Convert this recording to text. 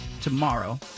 tomorrow